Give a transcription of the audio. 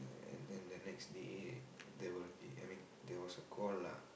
and then the next day there will be I mean there was a call lah